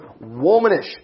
womanish